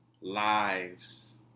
lives